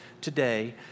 today